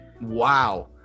Wow